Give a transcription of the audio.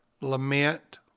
lament